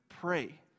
Pray